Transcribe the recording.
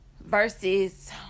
versus